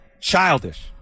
childish